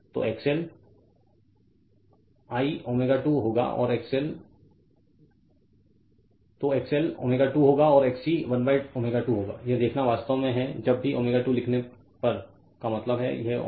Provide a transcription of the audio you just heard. तो XL l ω2 होगा और XC 1ω2 होगा यह देखना वास्तव में है जब भी ω2 पर लिखने का मतलब है कि यह ω ω2है